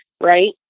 right